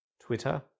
Twitter